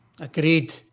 agreed